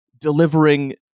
delivering